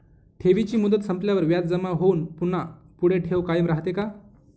ठेवीची मुदत संपल्यावर व्याज जमा होऊन पुन्हा पुढे ठेव कायम राहते का?